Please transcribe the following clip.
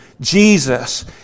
Jesus